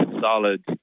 solid